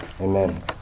Amen